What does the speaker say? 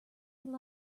lying